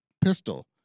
pistol